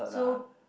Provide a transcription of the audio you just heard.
so